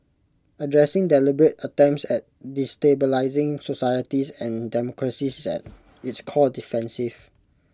addressing deliberate attempts at destabilising societies and democracies is at its core defensive